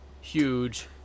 huge